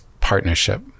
partnership